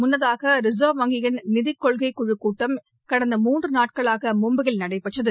முன்ளதாக reserve வங்கியின் நிதிக்கொள்கை குழுக் கூட்டம் கடந்த மூன்று நாட்களாக மும்பையில் நடைபெற்றது